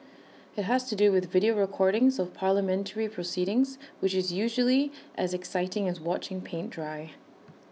IT has to do with video recordings of parliamentary proceedings which is usually as exciting as watching paint dry